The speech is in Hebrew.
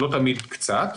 לא תמיד קצת,